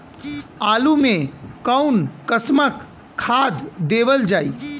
आलू मे कऊन कसमक खाद देवल जाई?